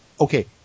okay